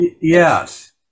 Yes